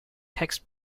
text